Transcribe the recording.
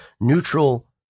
neutral